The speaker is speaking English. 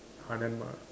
!huh! then what